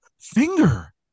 finger